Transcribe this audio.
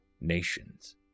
nations